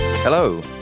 Hello